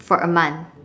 for a month